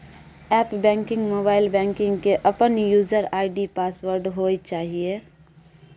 app banking, mobile banking के अपन user ID password होय चाहिए